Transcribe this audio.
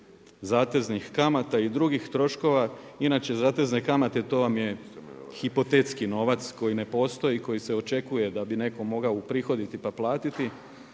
zateznih kamata i drugi troškova. Inače zatezne kamate, to vam je hipotetski novac koji ne postoji, koji se očekuje da bi nekom mogao uprihoditi pa platiti,